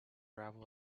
gravel